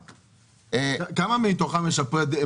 כמה מתוכם משפרי דיור?